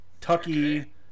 tucky